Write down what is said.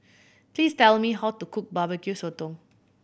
please tell me how to cook Barbecue Sotong